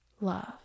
love